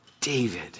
David